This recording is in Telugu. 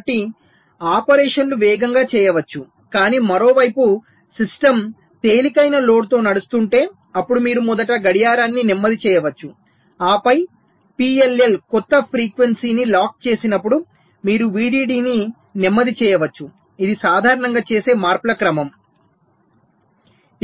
కాబట్టి ఆపరేషన్లు వేగంగా చేయవచ్చు కానీ మరోవైపు సిస్టమ్ తేలికైన లోడ్తో నడుస్తుంటే అప్పుడు మీరు మొదట గడియారాన్ని నెమ్మది చేయవచ్చు ఆపై పిఎల్ఎల్ కొత్త ఫ్రీక్వెన్సీని లాక్ చేసినప్పుడు మీరు VDD ని నెమ్మది చేయవచ్చు ఇది సాధారణంగా చేసే మార్పుల క్రమం